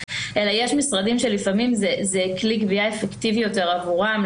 אלא יש משרדים שלפעמים זה כלי גבייה אפקטיבי יותר עבורם.